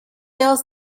else